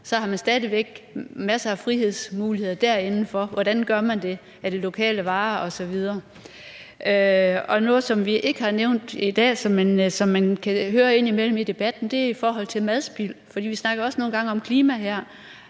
har man stadig væk masser af frihedsmuligheder derindenfor: Hvordan gør man det? Er det lokale varer osv.? Noget, som vi ikke har nævnt i dag, men som man indimellem kan høre om i debatten, er madspild, for vi snakker også nogle gange om klima her.